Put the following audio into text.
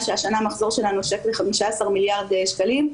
שהשנה המחזור שלה נושק ל-15 מיליארד שקלים.